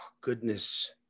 goodness